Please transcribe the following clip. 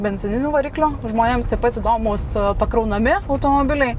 benzininių variklių žmonėms taip pat įdomūs pakraunami automobiliai